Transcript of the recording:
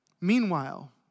Meanwhile